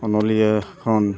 ᱚᱱᱚᱞᱤᱭᱟᱹ ᱠᱷᱚᱱ